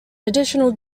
additional